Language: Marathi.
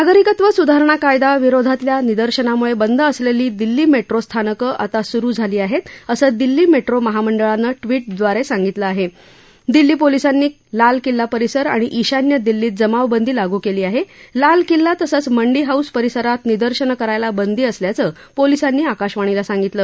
नागरिकत्व स्धारणा कायदा विरोधातल्या निदर्शनाम्ळ बंद असलक्षी दिली मह्रो स्थानकं आता स्रु झाली आहप्र असं दिल्ली मप्रो महांडळानं ट्विटद्वार सांगितलं आह दिल्ली पोलिसांनी लाल किल्ला परिसर आणि ईशान्य दिल्लीत जमावबंदी लागू क्रांसी आह लाल किल्ला तसंच मंडी हाऊस परिसरात निदर्शनं करायला बंदी असल्याचं पोलिसांनी आकाशवाणीला सांगितलं